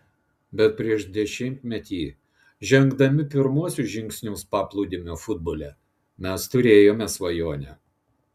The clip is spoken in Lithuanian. bet prieš dešimtmetį žengdami pirmuosius žingsnius paplūdimio futbole mes turėjome svajonę